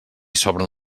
sobren